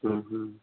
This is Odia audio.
ହୁଁ ହୁଁ